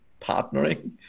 partnering